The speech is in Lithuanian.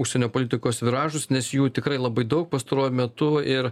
užsienio politikos viražus nes jų tikrai labai daug pastaruoju metu ir